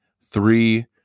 three